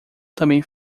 também